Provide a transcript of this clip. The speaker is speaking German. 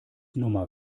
nummer